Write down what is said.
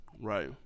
Right